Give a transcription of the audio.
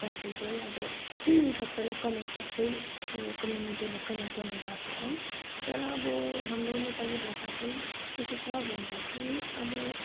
कन्ट्रीकै अब सबैलाई कनेक्ट सबै कम्युनिटीलाई कनेक्ट गर्ने भाषा हो तर अब हाम्रो नेपाली भाषा चाहिँ कस्तो छ भन्दा चाहिँ अब